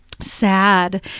Sad